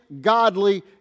godly